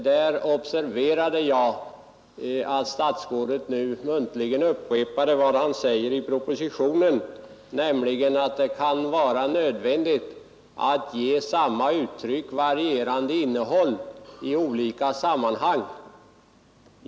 Jag observerade att statsrådet nu muntligen upprepade vad som står i propositionen, nämligen att det kan vara nödvändigt att ge samma uttryck varierande innehåll i olika sammanhang.